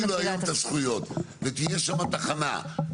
ואני שואל אותך,